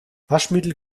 waschmittel